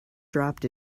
dropped